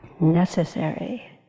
necessary